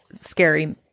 scary